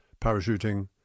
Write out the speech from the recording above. parachuting